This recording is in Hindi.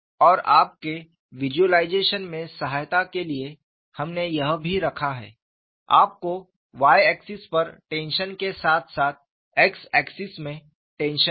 और आपके विज़ुअलाइज़ेशन में सहायता के लिए हमने यह भी रखा है आपको y एक्सिस पर टेंशन के साथ साथ x एक्सिस में टेंशन है